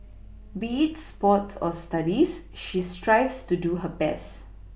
be it sports or Studies she strives to do her best